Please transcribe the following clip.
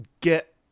get